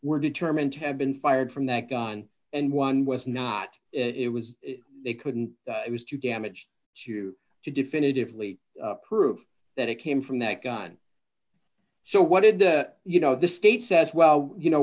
were determined to have been fired from that gun and one was not it was they couldn't it was too gammage to definitively prove that it came from that gun so what did you know the state says well you know